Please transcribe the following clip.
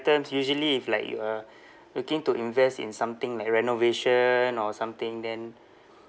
usually if like you are looking to invest in something like renovation or something then